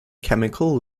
chemical